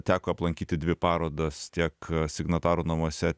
teko aplankyti dvi parodas tiek signatarų namuose